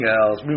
else